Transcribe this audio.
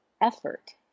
effort